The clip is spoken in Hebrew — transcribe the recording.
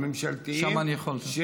ממשלתיים.